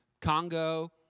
Congo